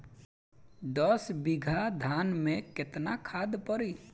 दस बिघा धान मे केतना खाद परी?